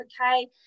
Okay